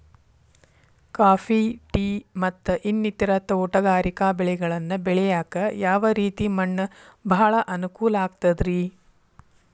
Coffee, tea, ಮತ್ತ ಇನ್ನಿತರ ತೋಟಗಾರಿಕಾ ಬೆಳೆಗಳನ್ನ ಬೆಳೆಯಾಕ ಯಾವ ರೇತಿ ಮಣ್ಣ ಭಾಳ ಅನುಕೂಲ ಆಕ್ತದ್ರಿ?